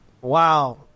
Wow